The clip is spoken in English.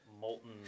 molten